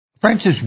Francis